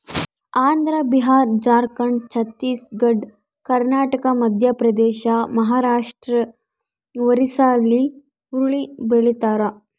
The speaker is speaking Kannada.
ಆಂಧ್ರ ಬಿಹಾರ ಜಾರ್ಖಂಡ್ ಛತ್ತೀಸ್ ಘಡ್ ಕರ್ನಾಟಕ ಮಧ್ಯಪ್ರದೇಶ ಮಹಾರಾಷ್ಟ್ ಒರಿಸ್ಸಾಲ್ಲಿ ಹುರುಳಿ ಬೆಳಿತಾರ